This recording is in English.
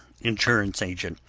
insurance agent